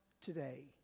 today